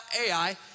Ai